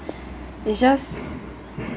it just